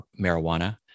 marijuana